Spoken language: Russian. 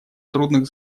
трудных